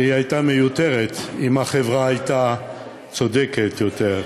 שהיא הייתה מיותרת אם החברה הייתה צודקת יותר,